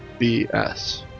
BS